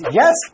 yes